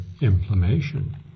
inflammation